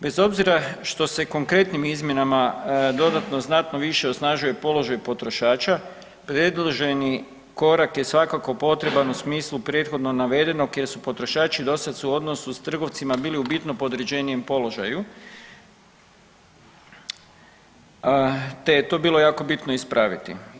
Bez obzira što se konkretnim izmjenama dodatno znatno više osnažuje položaj potrošača predloženi korak je svakako potreban u smislu prethodno navedenog jer su potrošači dosada u odnosu s trgovcima bili u bitno podređenijem položaju te je to bilo jako bitno ispraviti.